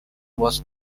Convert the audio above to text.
was